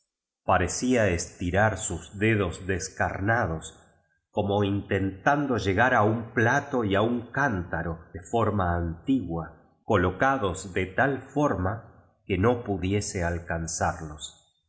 parecía estirar sus dedos descarnados co mo intentando llegar a un plato y a un cán taro de forma antigua colocados de tai forma que na pudiese alcanzarlos